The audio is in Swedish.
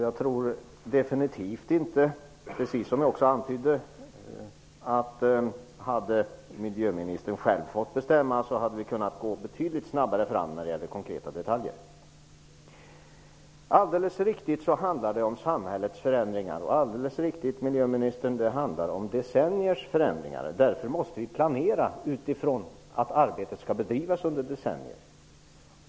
Jag tror definitivt -- precis som jag antydde -- att vi hade kunnat gå betydligt snabbare fram när det gäller konkreta detaljer om miljöministern själv hade fått bestämma. Alldeles riktigt; det handlar om samhällets förändringar och, miljöministern, det handlar om decenniers förändringar. Därför måste vi planera utifrån att arbetet skall bedrivas under decennier.